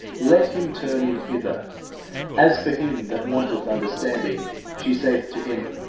let him turn in hither as for him that wanteth understanding, she saith to him,